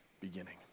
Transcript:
beginning